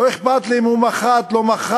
לא אכפת לי אם הוא מח"ט, לא מח"ט,